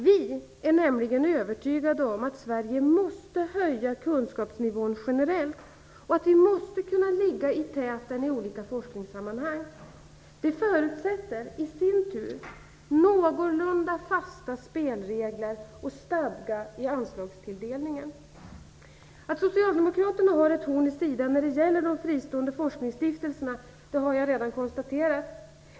Vi är nämligen övertygade om att Sverige måste höja kunskapsnivån generellt och att vi måste kunna ligga i täten i olika forskningssammanhang. Det förutsätter i sin tur någorlunda fasta spelregler och stadga i anslagstillsdelningen. Att socialdemokraterna har ett horn i sidan när det gäller de fristående forskningsstiftelserna har jag redan konstaterat.